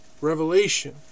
Revelation